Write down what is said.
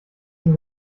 den